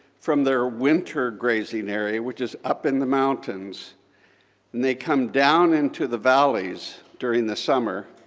from their winter grazing area, which is up in the mountains, and they come down into the valleys during the summer,